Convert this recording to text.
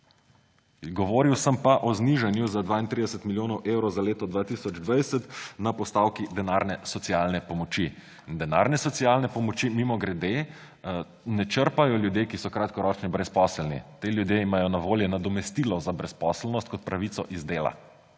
Govoril sem pa o znižanju za 32 milijonov evrov za leto 2020 na postavki denarne socialne pomoči. Denarne socialne pomoči, mimogrede, ne črpajo ljudje, ki so kratkoročno brezposelni. Ti ljudje imajo na voljo nadomestilo za brezposelnost kot pravico iz dela.